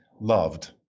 loved